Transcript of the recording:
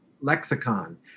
lexicon